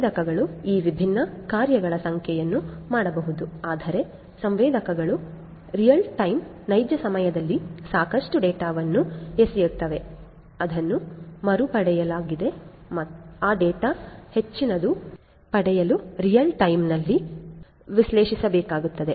ಸಂವೇದಕಗಳು ಈ ವಿಭಿನ್ನ ಕಾರ್ಯಗಳ ಸಂಖ್ಯೆಯನ್ನು ಮಾಡಬಹುದು ಆದರೆ ಸಂವೇದಕಗಳು ನೈಜ ಸಮಯದಲ್ಲಿ ಸಾಕಷ್ಟು ಡೇಟಾವನ್ನು ಎಸೆಯುತ್ತವೆ ಅದನ್ನು ಮರುಪಡೆಯಲಾದ ಆ ಡೇಟಾದಿಂದ ಹೆಚ್ಚಿನದನ್ನು ಪಡೆಯಲು ರಿಯಲ್ ಟೈಮ್ ನಲ್ಲಿ ವಿಶ್ಲೇಷಿಸಬೇಕಾಗುತ್ತದೆ